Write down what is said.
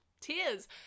tears